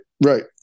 right